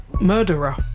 murderer